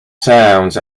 sounds